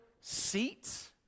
seats